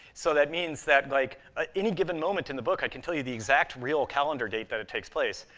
so that means that, like, at ah any given moment in the book, i can tell you the exact real calendar date that it takes place.